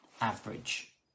Average